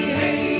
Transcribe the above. hey